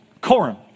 Corum